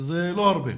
שזה לא הרבה.